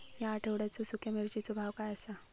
या आठवड्याचो सुख्या मिर्चीचो भाव काय आसा?